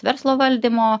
verslo valdymo